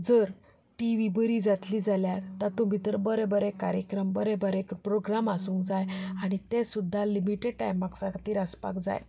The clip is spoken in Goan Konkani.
जर टी व्ही बरी जातली जाल्यार तातूंत भितर बरे बरे कार्यक्रम बरे बरे प्रोग्राम आसूंक जाय आनी ते सुद्दा लिमिटीड टायमा खातीर आसपाक जाय